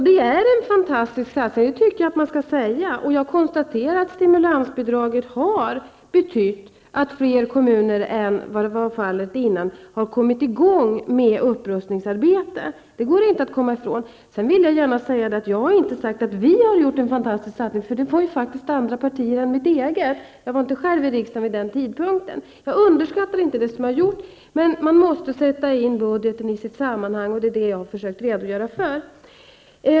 Herr talman! Jag tycker att man skall säga att det handlar om en fantastisk satsning. Stimulansbidraget har medfört att fler kommuner än tidigare har kommit i gång med upprustningsarbete. Det går inte att komma ifrån. Men jag har inte sagt att vi har gjort en fantastisk satsning, för det var ju andra partier än mitt eget som gjorde denna satsning. Själv var jag inte ledamot av riksdagen vid den tidpunkten. Jag underskattar inte det som har gjorts. Men man måste sätta in det i sitt sammanhang. Det har jag försökt redogöra för.